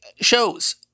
shows